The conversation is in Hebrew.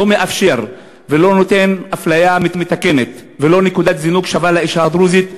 לא מאפשר ולא נותן אפליה מתקנת ונקודת זינוק שווה לאישה הדרוזית,